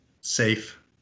safe